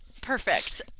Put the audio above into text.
Perfect